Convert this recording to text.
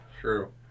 True